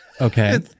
Okay